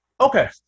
Okay